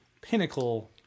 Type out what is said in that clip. pinnacle